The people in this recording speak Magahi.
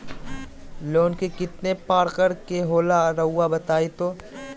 लोन कितने पारकर के होला रऊआ बताई तो?